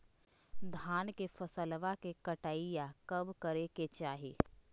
धान के फसलवा के कटाईया कब करे के चाही?